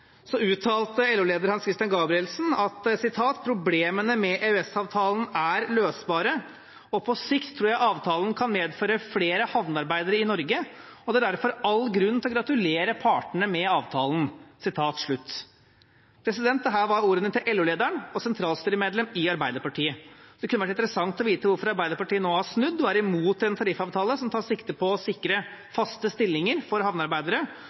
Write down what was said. Gabrielsen at han mente at problemene med EØS-avtalen var løsbare. Han sa også: «På sikt tror jeg avtalen kan medføre flere havnearbeidere i Norge og det er derfor all grunn til å gratulere partene med avtalen.» Dette var ordene til LO-lederen, som også er sentralstyremedlem i Arbeiderpartiet. Det kunne vært interessant å få vite hvorfor Arbeiderpartiet nå har snudd og er imot en tariffavtale som tar sikte på å sikre faste stillinger for havnearbeidere,